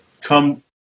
come